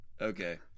Okay